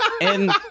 And-